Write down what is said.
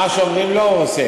מה שאומרים לו הוא עושה.